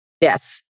Yes